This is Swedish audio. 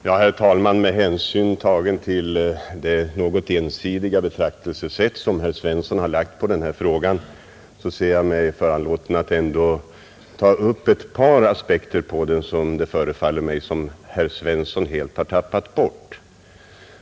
Herr talman! Med hänsyn tagen till det något ensidiga betraktelsesätt som herr Svensson i Malmö har lagt på denna fråga ser jag mig föranlåten att ta upp ett par aspekter på den som det förefaller mig som om herr Svensson helt har tappat bort.